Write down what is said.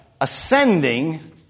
Ascending